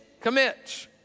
commit